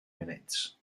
minutes